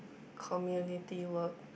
community work